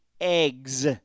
eggs